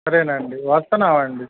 సరేనండి వస్తన్నామండి